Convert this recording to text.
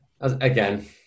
again